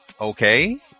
okay